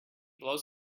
blows